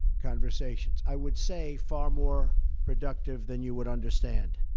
conversations. i would say far more productive than you would understand.